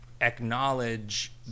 acknowledge